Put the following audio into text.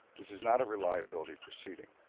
this is not a reliability proceeding.